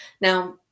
Now